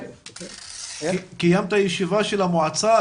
קיימת ישיבה של המועצה?